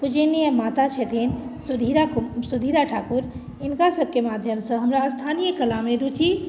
पूजनीय माता छथिन सुधीरा कु सुधीरा ठाकुर हिनकासभके माध्यमसँ हमरा स्थानीय कलामे रुचि